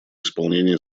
исполнения